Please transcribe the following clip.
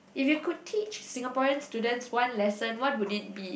if you could teach Singaporean students one lesson what would it be